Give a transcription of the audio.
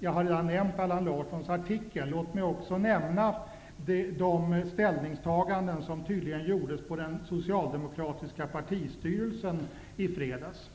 Jag har redan nämnt Allan Larssons artikel. Låt mig också nämna de ställningstaganden som tydligen gjordes på den socialdemokratiska partistyrelsens möte i fredags.